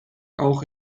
auch